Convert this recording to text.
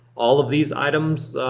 all of these items,